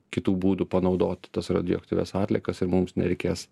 kitų būdų panaudoti tas radioaktyvias atliekas ir mums nereikės